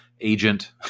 agent